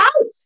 out